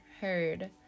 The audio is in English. heard